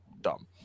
Dumb